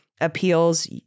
appeals